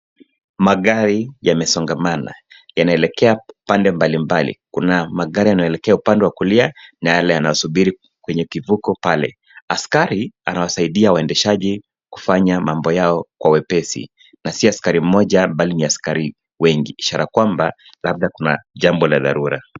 Magari yamesongamana. Yanaelekea pande mbalimbali. Kuna magari yanaelekea upande wa kulia na yale yanasubiri kwenye kivuko pale. Askari anawasaidia waendeshaji kufanya mambo yao kwa wepesi na si askari mmoja bali ni askari wengi ishara kwamba labda kuna jambo la dharura.